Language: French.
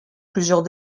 plusieurs